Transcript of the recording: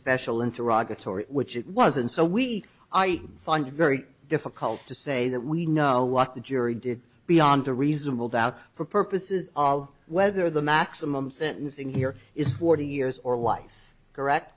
special into ragatz or which it was and so we find it very difficult to say that we know what the jury did beyond a reasonable doubt for purposes of whether the maximum sentence in here is forty years or life correct